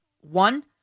one